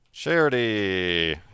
Charity